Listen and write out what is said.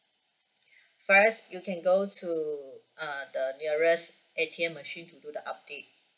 first you can go to uh the nearest A_T_M machine to do the update